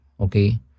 Okay